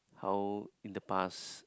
how in the past